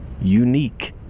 unique